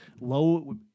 low